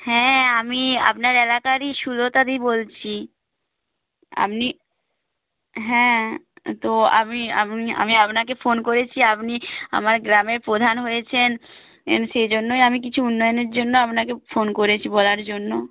হ্যাঁ আমি আপনার এলাকারই সুলতাদি বলছি আপনি হ্যাঁ তো আমি আমি আপনাকে ফোন করেছি আপনি আমার গ্রামের প্রধান হয়েছেন সেই জন্যই আমি কিছু উন্নয়নের জন্য আপনাকে ফোন করেছি বলার জন্য